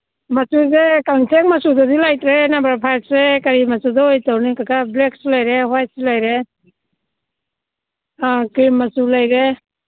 ꯃꯆꯨꯁꯦ ꯀꯥꯡꯆꯦꯛ ꯃꯆꯨꯗꯨꯗꯤ ꯂꯩꯇ꯭ꯔꯦ ꯅꯝꯕꯔ ꯐꯥꯏꯚꯁꯦ ꯀꯔꯤ ꯃꯆꯨ ꯑꯣꯏ ꯇꯧꯅꯤ ꯀꯀꯥ ꯕ꯭ꯂꯦꯛꯁꯨ ꯂꯩꯔꯦ ꯋꯥꯏꯠꯁꯨ ꯂꯩꯔꯦ ꯑꯥ ꯀ꯭ꯔꯤꯝ ꯃꯆꯨ ꯂꯩꯔꯦ